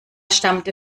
stammte